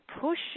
push